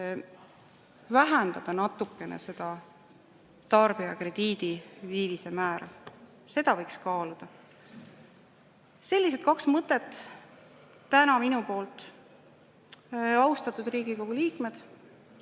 vähendada natukene seda tarbijakrediidi viivise määra. Seda võiks kaaluda. Sellised kaks mõtet täna minu poolt. Austatud Riigikogu liikmed,